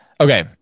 Okay